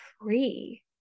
free